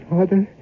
Father